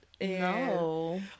No